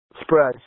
spread